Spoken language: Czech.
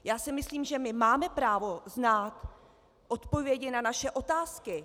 Já si myslím, že máme právo znát odpovědi na naše otázky.